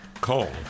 call